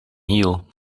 hiel